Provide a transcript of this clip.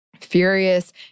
Furious